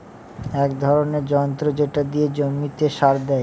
এক ধরনের যন্ত্র যেটা দিয়ে জমিতে সার দেয়